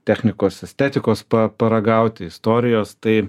technikos estetikos paragauti istorijos tai